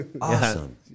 Awesome